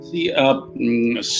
See